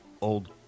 old